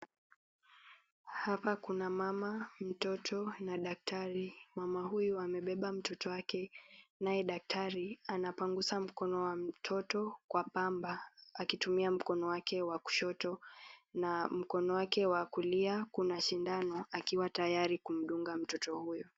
Hapa kuna mama, mtoto, na daktari. Mama huyu amebeba mtoto wake naye daktari anapanguza mkono wa mtoto kwa pamba, akitumia mkono wake wa kushoto, na mkono wake wa kulia kuna sindano akiwa tayari kumdunga mtoto huyo.